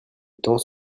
temps